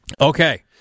Okay